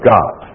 God